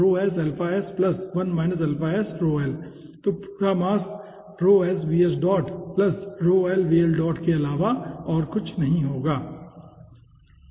तो पूरा मास के अलावा और कुछ नहीं होगा ठीक है